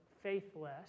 faithless